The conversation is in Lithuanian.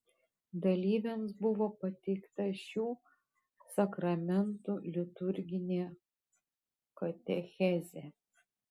dalyviams buvo pateikta šių sakramentų liturginė katechezė